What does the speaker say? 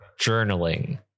Journaling